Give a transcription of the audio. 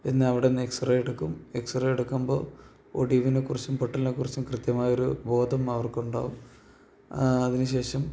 പിന്നെ അവിടുന്ന് എക്സ്റേ എടുക്കും എക്സറേ എടുക്കുമ്പോള് ഒടിവിനെ കുറിച്ചും പൊട്ടലിനെ കുറിച്ചും കൃത്യമായൊരു ബോധം അവർക്കുണ്ടാവും അതിന് ശേഷം